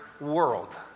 world